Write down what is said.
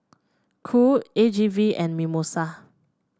Cool A G V and Mimosa